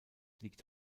liegt